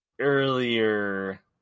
earlier